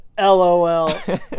LOL